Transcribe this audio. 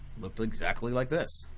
looked exactly like this.